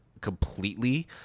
completely